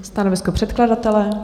Stanovisko předkladatele?